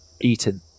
Eaten